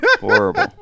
Horrible